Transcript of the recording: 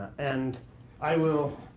and i will